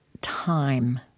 time